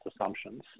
assumptions